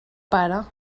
pare